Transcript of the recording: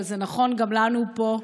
אבל זה נכון גם לנו פה,